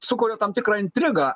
sukuria tam tikrą intrigą